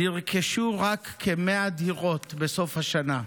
נרכשו רק כ-100 דירות בסוף השנה,